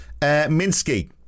Minsky